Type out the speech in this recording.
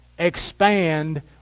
expand